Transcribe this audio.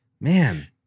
Man